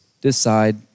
decide